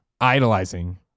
idolizing